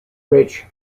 rich